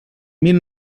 mil